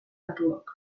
datuok